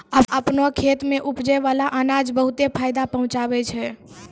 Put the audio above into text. आपनो खेत सें उपजै बाला अनाज बहुते फायदा पहुँचावै छै